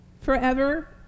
forever